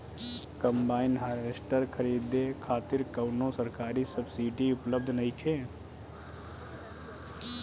Combine harvester खरीदे खातिर कउनो सरकारी सब्सीडी उपलब्ध नइखे?